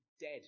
dead